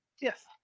yes